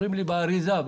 אומרים לי: באריזה.